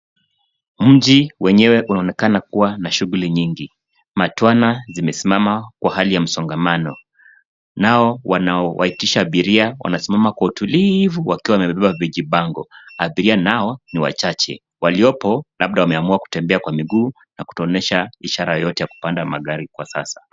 Mji wenyewe unaonekana kuwa na shughuli nyingi. Matwana zimesimama kwa hali ya msongamano na wanaowaitisha abiria wanasimama kwa utulivu wakiwa wamebeba vijibango. Abiria nao ni wachache. Waliopo labda wameamua kutembea kwa miguu na kutuonyesha ishara yoyote ya kupanda magari kwa sasa.